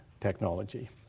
technology